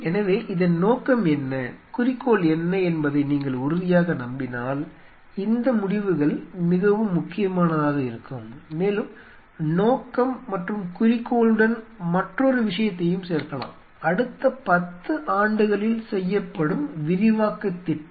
எனவே இதன் நோக்கம் என்ன குறிக்கோள் என்ன என்பதை நீங்கள் உறுதியாக நம்பினால் இந்த முடிவுகள் மிகவும் முக்கியமானதாக இருக்கும் மேலும் நோக்கம் மற்றும் குறிக்கோளுடன் மற்றொரு விஷயத்தையும் சேர்க்கலாம் அடுத்த 10 ஆண்டுகளில் செய்யப்படும் விரிவாக்கத் திட்டம்